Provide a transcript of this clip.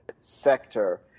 sector